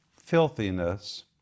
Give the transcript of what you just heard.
filthiness